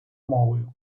мовою